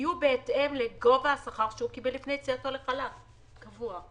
יהיו בהתאם לגובה השכר שהוא קיבל לפני יציאתו לחל"ת קבוע.